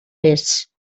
mes